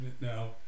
now